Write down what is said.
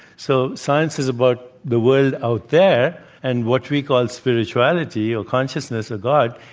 so, science is about the world out there. and what we call spirituality, or consciousness, or god,